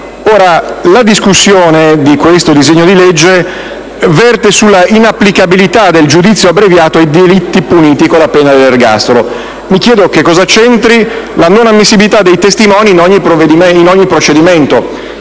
La discussione di questo disegno di legge verte sulla inapplicabilità del giudizio abbreviato ai delitti puniti con la pena dell'ergastolo. Mi chiedo cosa c'entri con questo oggetto la non ammissibilità dei testimoni in ogni procedimento.